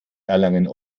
erlangen